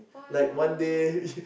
oh no